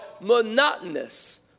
monotonous